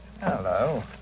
Hello